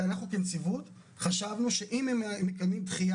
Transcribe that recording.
שאני לא מבין למה הוא לא מציג את החוק